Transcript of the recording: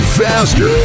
faster